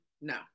No